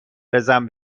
بزن